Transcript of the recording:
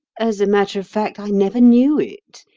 as a matter of fact, i never knew it.